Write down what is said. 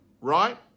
right